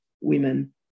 women